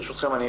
ברשותכם,